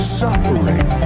suffering